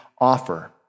offer